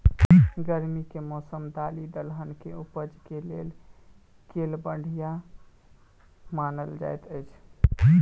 गर्मी केँ मौसम दालि दलहन केँ उपज केँ लेल केल बढ़िया मानल जाइत अछि?